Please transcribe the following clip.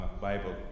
Bible